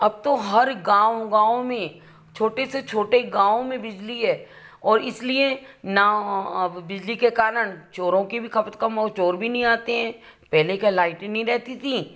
अब तो हर गाँव गाँव में छोटे से छोटे गाँव में बिजली है और इसलिए ना अब बिजली के कारण चोरों की भी खपत कम और चोर भी नहीं आते हैं पहले क्या लाइट ही नहीं रहती थी